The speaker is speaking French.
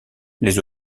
les